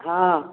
ହଁ